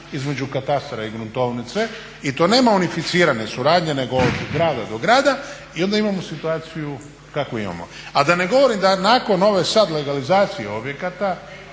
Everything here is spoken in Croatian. između katastra i gruntovnice i to nema one unificirane suradnje nego od grada do grada i onda imamo situaciju kakvu imamo. A da ne govorim da nakon ove sad legalizacije objekata